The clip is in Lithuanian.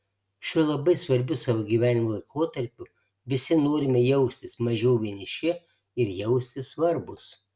šiuo labai svarbiu savo gyvenimo laikotarpiu visi norime jaustis mažiau vieniši ir jaustis svarbūs